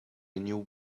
new